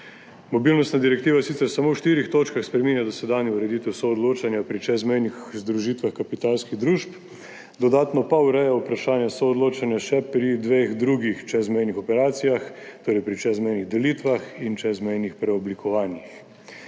Mobilnostna direktiva sicer samo v štirih točkah spreminja dosedanjo ureditev soodločanja pri čezmejnih združitvah kapitalskih družb, dodatno pa ureja vprašanje soodločanja še pri dveh drugih čezmejnih operacijah, torej pri čezmejnih delitvah in čezmejnih preoblikovanjih.